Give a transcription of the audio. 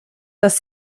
dass